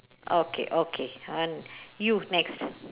okay okay and you next